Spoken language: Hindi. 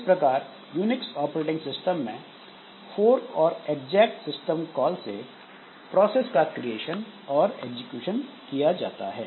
इस प्रकार यूनिक्स ऑपरेटिंग सिस्टम में फोर्क और एग्जैक सिस्टम कॉल से प्रोसेस का क्रिएशन और एग्जीक्यूशन किया जाता है